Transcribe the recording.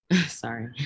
Sorry